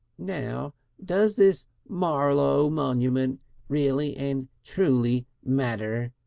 now does this marlowe monument really and truly matter?